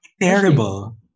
Terrible